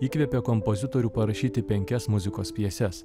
įkvėpė kompozitorių parašyti penkias muzikos pjeses